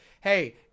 hey